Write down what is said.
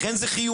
לכן זה חיוני.